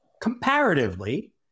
comparatively